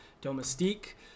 Domestique